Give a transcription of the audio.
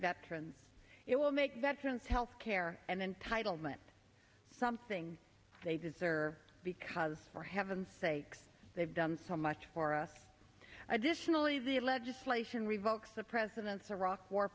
veterans it will make veterans health care and entitlement something they deserve because for heaven's sakes they've done so much for us additionally the legislation revokes the president's iraq war